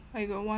I got one